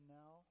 now